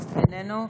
איננו.